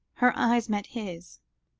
her eyes met his.